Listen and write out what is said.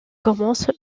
commence